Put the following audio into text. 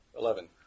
Eleven